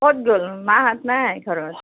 ক'ত গ'ল মাহঁত নাই ঘৰত